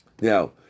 Now